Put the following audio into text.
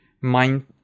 mind